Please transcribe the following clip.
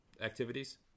activities